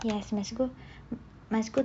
yes must go must go